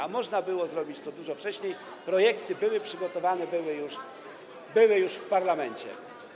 A można było zrobić to dużo wcześniej, projekty były przygotowane, były już w parlamencie.